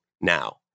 now